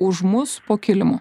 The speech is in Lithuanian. už mus po kilimu